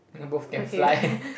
they both can fly